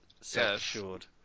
self-assured